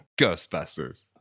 Ghostbusters